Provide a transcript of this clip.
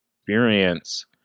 experience